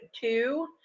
two